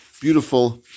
beautiful